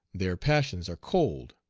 their passions are cold,